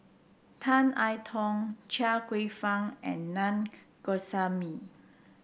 Tan I Tong Chia Kwek Fah and Na Govindasamy